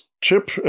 Chip